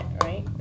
right